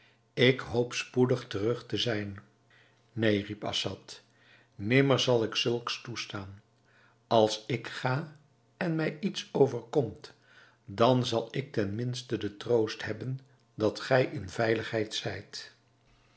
ik hoop spoedig terug te zullen zijn neen riep assad nimmer zal ik zulks toestaan als ik ga en mij iets overkomt dan zal ik ten minste den troost hebben dat gij in veiligheid zijt